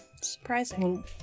Surprising